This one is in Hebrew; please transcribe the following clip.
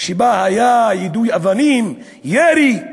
שבה היה יידוי אבנים, ירי,